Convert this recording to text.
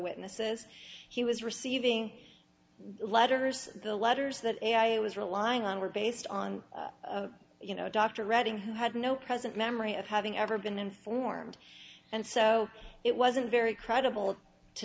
witnesses he was receiving letters the letters that i was relying on were based on you know dr reading who had no present memory of having ever been informed and so it wasn't very credible to